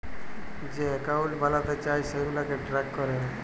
যে একাউল্ট বালাতে চায় সেগুলাকে ট্র্যাক ক্যরে